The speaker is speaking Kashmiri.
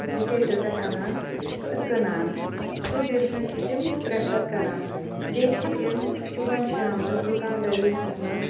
سٕٹیٹو پٮ۪ٹھ اَنان تہٕ کٕنان سُہ بِزنِس چھِ تِم پرٛٮ۪فَر کَران بیٚیہِ چھِ تِم صُبحَن شامنَس دُکاندٲری کَرنَس